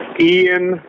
Ian